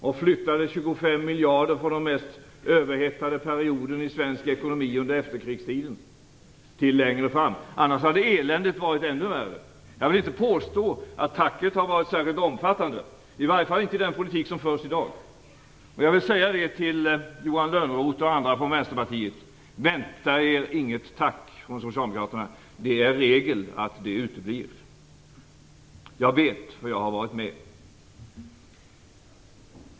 Vi flyttade fram 25 miljarder från den mest överhettade perioden i svensk ekonomi under efterkrigstiden till en senare period. Utan den åtgärden hade eländet varit ännu värre. Jag till inte påstå att tacket har varit omfattande, i varje fall inte i dagens politik. Jag vill säga till Johan Lönnroth och andra från Vänsterpartiet: Vänta er inte något tack från socialdemokraterna! Det är regel att det uteblir. Jag vet det, för jag har varit med.